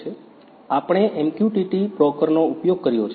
આપણે MQTT બ્રોકરનો ઉપયોગ કર્યો છે